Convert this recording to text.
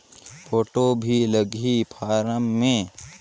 Photo भी लगी form मे?